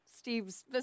Steve's